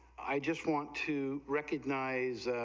i just want to recognize